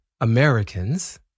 Americans